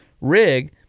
rig